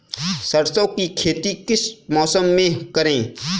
सरसों की खेती किस मौसम में करें?